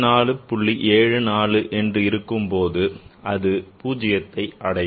74ன் போது அது பூஜ்ஜியத்தை அடையும்